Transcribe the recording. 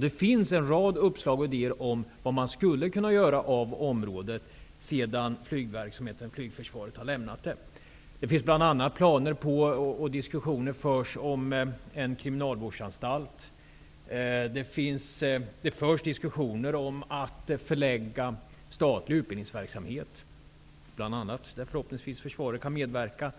Det finns en rad uppslag och idéer om vad man skulle kunna göra av området sedan flygverksamheten har lämnat det. Det finns bl.a. planer på och diskussioner om en kriminalvårdsanstalt. Det förs diskussioner om att förlägga statlig utbildningsverksamhet till området, där förhoppningsvis bl.a. försvaret kan medverka.